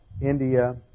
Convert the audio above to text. India